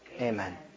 Amen